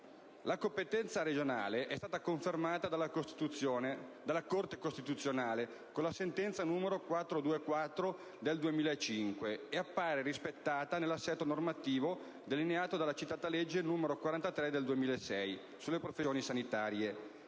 La competenza regionale è stata confermata dalla Corte costituzionale con la sentenza n. 424 del 2005 e appare rispettata nell'assetto normativo delineato dalla citata legge n. 43 del 2006, sulle professioni sanitarie,